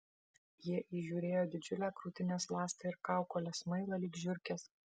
jie įžiūrėjo didžiulę krūtinės ląstą ir kaukolę smailą lyg žiurkės